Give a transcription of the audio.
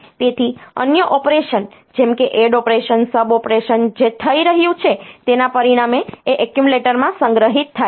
તેથી અન્ય ઑપરેશન જેમ કે ઍડ ઑપરેશન સબ ઑપરેશન જે થઈ રહ્યું છે તેના પરિણામે એ એક્યુમ્યુલેટરમાં સંગ્રહિત થાય છે